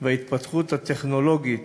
וההתפתחות הטכנולוגית